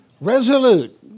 Resolute